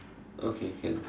okay can